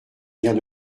vient